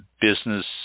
business